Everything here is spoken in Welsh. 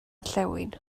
orllewin